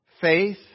Faith